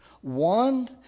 One